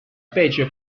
fece